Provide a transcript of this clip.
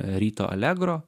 ryto allegro